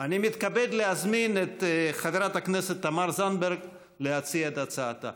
אני מתכבד להזמין את חברת הכנסת תמר זנדברג להציע את הצעתה.